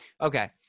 Okay